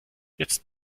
jetzt